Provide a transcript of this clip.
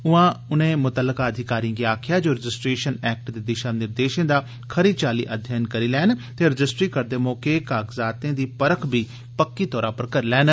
उआं उनें मुतलका अधिकारिएं गी आक्खेआ जे ओ रजिस्ट्रेषन एक्ट दे दिषा निर्देषें दा खरी चाल्ली अध्यन करी लैन ते रजिस्ट्री करदे मौके कागजात दी परख गी पक्का करी लैन